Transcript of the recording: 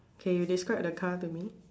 okay you describe the car to me